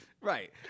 right